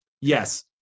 yes